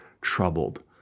troubled